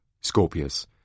Scorpius